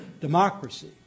democracy